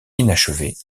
inachevée